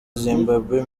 zimbabwe